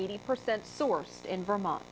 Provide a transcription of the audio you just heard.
eighty percent sourced in vermont